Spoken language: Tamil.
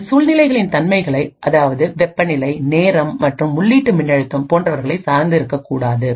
அது சூழ்நிலைகளில் தன்மைகளை அதாவதுவெப்பநிலை நேரம் மற்றும் உள்ளீட்டு மின்னழுத்தம் போன்றவைகளை சார்ந்து இருக்கக் கூடாது